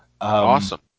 Awesome